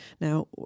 Now